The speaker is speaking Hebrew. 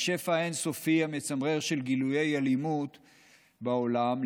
מהשפע האין-סופי המצמרר של גילויי אלימות בעולם,